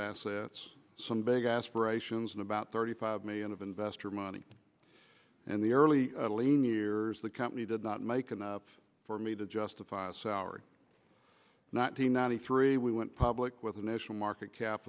assets some big aspirations and about thirty five million of investor money and the early lean years the company did not make enough for me to justify us our not hundred ninety three we went public with a national market cap